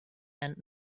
and